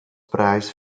preis